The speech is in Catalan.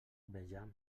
vejam